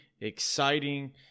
exciting